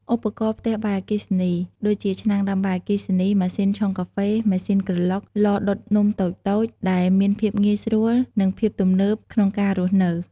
ឧបករណ៍ផ្ទះបាយអគ្គិសនី ដូចជា ឆ្នាំងដាំបាយអគ្គិសនី ម៉ាស៊ីនឆុងកាហ្វេ ម៉ាស៊ីនក្រឡុក ឡដុតនំតូចៗ ដែលមានភាពងាយស្រួល និង ភាពទំនើបក្នុងការរស់នៅ។